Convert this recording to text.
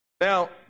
Now